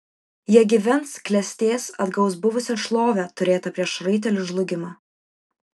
jie gyvens klestės atgaus buvusią šlovę turėtą prieš raitelių žlugimą